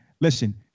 listen